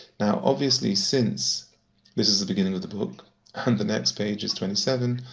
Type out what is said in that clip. now, obviously, since this is the beginning of the book, and the next page is twenty seven,